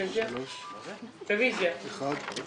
הצבעה אושר.